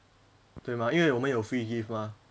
对吗因为我们有 free gift mah